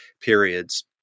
periods